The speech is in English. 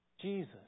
Jesus